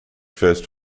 first